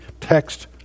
text